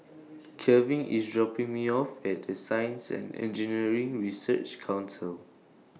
Kelvin IS dropping Me off At The Science and Engineering Research Council